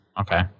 Okay